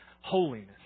holiness